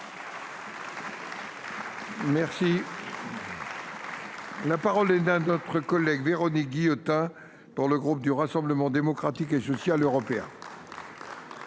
avance. La parole est à Mme Véronique Guillotin, pour le groupe du Rassemblement Démocratique et Social Européen.